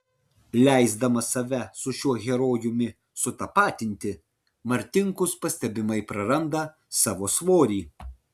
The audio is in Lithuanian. leisdamas save su šiuo herojumi sutapatinti martinkus pastebimai praranda savo svorį